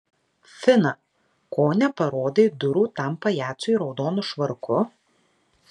fina ko neparodai durų tam pajacui raudonu švarku